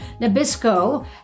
Nabisco